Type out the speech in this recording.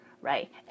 right